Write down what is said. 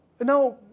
now